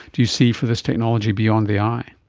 do you see for this technology beyond the eye?